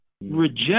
reject